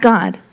God